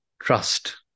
trust